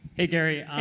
hey, gary.